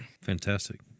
Fantastic